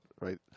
right